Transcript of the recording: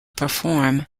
perform